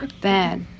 bad